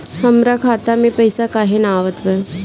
हमरा खाता में पइसा काहे ना आवत बा?